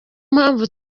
mpamvu